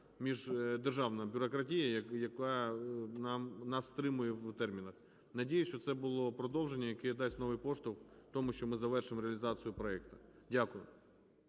міждержавна бюрократія, яка нас стримує в термінах. Надіюся, що це було продовження, яке дасть новий поштовх тому, що ми завершимо реалізацію проекту. Дякую.